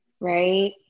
Right